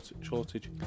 shortage